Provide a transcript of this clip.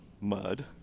mud